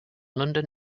london